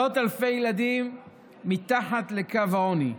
מאות אלפי ילדים מתחת לקו העוני,